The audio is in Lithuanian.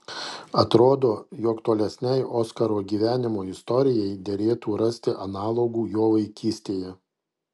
atrodo jog tolesnei oskaro gyvenimo istorijai derėtų rasti analogų jo vaikystėje